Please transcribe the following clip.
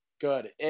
Good